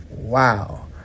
Wow